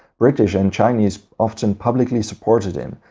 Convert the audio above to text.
british and chinese often publicly supported him,